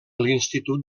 l’institut